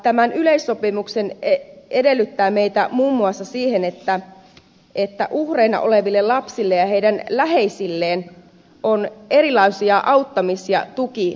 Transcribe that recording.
tämä yleissopimus edellyttää meiltä muun muassa sitä että uhreina oleville lapsille ja heidän läheisilleen on erilaisia auttamis ja tukiohjelmia